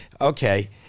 Okay